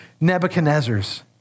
Nebuchadnezzar's